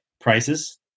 prices